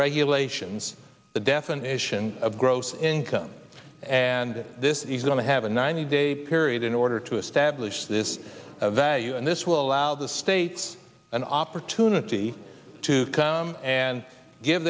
regulations the definition of gross income and this is going to have a ninety day period in order to establish this value and this will allow the states an opportunity to come and g